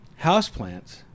houseplants